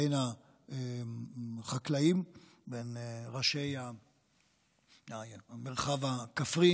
בין החקלאים, ראשי המרחב הכפרי